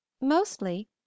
Mostly